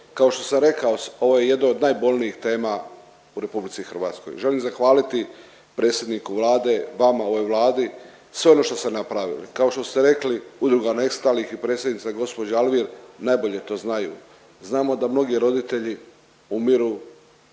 Kao što sam rekao ovo je jedna od najbolnijih tema u Republici Hrvatskoj. Želim zahvaliti predsjedniku Vlade, vama, ovoj Vladi sve ono što ste napravili. Kao što ste rekli Udruga nestalih i predsjednica gospođa Alvir najbolje to znaju. Znamo da mnogi roditelji umiru